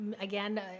again